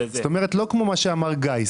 כלומר לא כפי שאמר גיא.